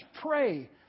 pray